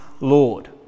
Lord